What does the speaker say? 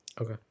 Okay